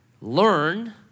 learn